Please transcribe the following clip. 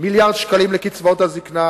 מיליארד ש"ח לקצבאות הזיקנה,